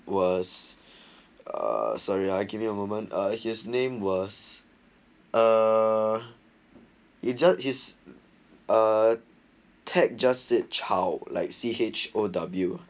was uh sorry I give me a moment ah his name was uh injured is a tech justice chow like C_H_O_W